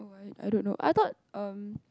I I don't know I thought um